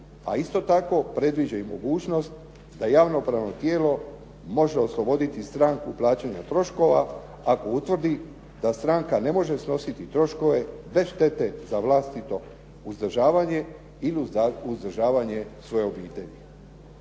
a isto tako predviđa i mogućnost da javnopravno tijelo može osloboditi stranku plaćanja troškova ako utvrdi da stranka ne može snositi troškove bez štete za vlastito uzdržavanje ili uzdržavanje svoje obitelji.